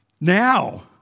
Now